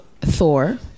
Thor